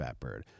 FATBIRD